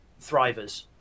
Thrivers